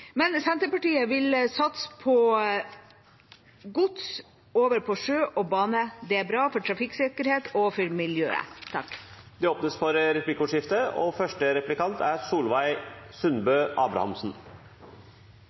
Men Senterpartiet vil satse på å få mer gods over på sjø og bane. Det er bra for trafikksikkerheten og for miljøet. Det blir replikkordskifte. Senterpartiet er